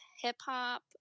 hip-hop